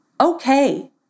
Okay